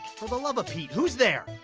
for the love of pete, who's there?